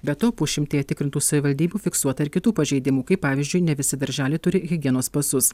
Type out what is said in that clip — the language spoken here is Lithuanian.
be to pusšimtyje tikrintų savivaldybių fiksuota ir kitų pažeidimų kaip pavyzdžiui ne visi darželiai turi higienos pasus